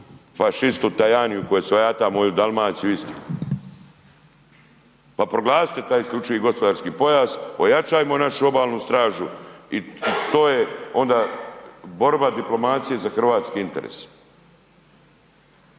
fašistu Tajaniju koji svojata moju Dalmaciju i Istru. Pa proglasite taj isključivi gospodarski pojas, pojačajmo našu obalnu stražu i to je onda borba diplomacije za hrvatske interese.